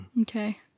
Okay